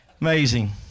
Amazing